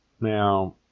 Now